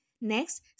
Next